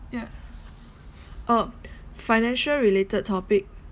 yeah uh financial related topic